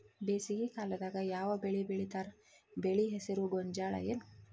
ಬೇಸಿಗೆ ಕಾಲದಾಗ ಯಾವ್ ಬೆಳಿ ಬೆಳಿತಾರ, ಬೆಳಿ ಹೆಸರು ಗೋಂಜಾಳ ಏನ್?